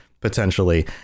potentially